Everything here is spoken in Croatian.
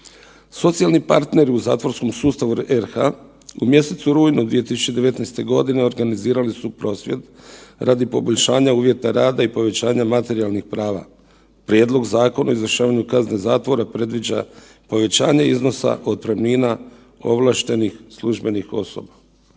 Socijalni partneri u zatvorskom sustavu u RH u mjesecu rujnu 2019.g. organizirali su prosvjed radi poboljšanja uvjeta rada i povećanja materijalnih prava. Prijedlog Zakona o izvršavanju kazne zatvora predviđa povećanje iznosa otpremnina ovlaštenih službenih osoba.